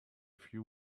few